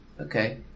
Okay